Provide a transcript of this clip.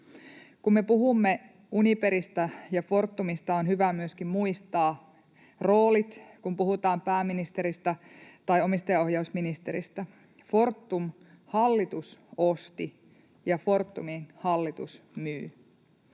Kun me puhumme Uniperistä ja Fortumista, on hyvä myöskin muistaa roolit, kun puhutaan pääministeristä tai omistajaohjausministeristä. Fortumin hallitus osti ja Fortumin hallitus myy.